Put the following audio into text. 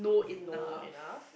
know enough